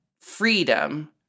freedom